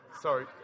sorry